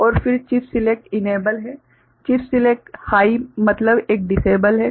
और फिर chip chip select enable है चिप सिलेक्ट हाइ मतलब यह डिसेबल है